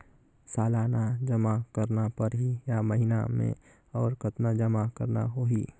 सालाना जमा करना परही या महीना मे और कतना जमा करना होहि?